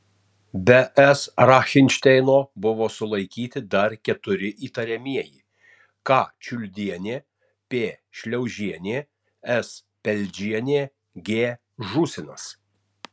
be s rachinšteino buvo sulaikyti dar keturi įtariamieji k čiuldienė p šliaužienė s peldžienė g žūsinas